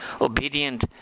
obedient